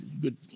good